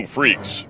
Freaks